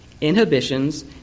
inhibitions